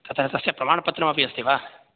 तत्र तस्य प्रमाणपत्रमपि अस्ति वा